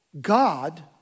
God